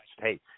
Hey